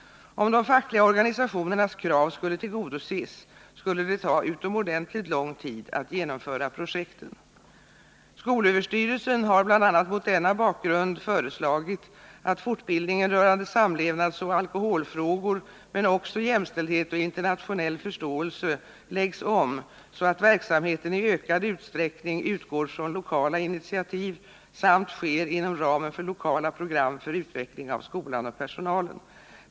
Om de fackliga organisationernas krav skulle tillgodoses, skulle det ta utomordentligt lång tid att genomföra projekten. Skolöverstyrelsen har bl.a. mot denna bakgrund föreslagit att fortbildningen rörande samlevnadsoch alkoholfrågor men också i jämställdhet och internationell förståelse läggs om, så att verksamheten i ökad utsträckning utgår från lokala initiativ samt sker inom ramen för lokala program för utveckling av skolan och personalen.